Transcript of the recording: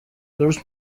bruce